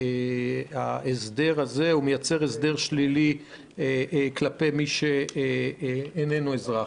שההסדר הזה מייצר הסדר שלילי כלפי מי שאיננו אזרח.